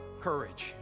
Courage